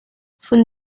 von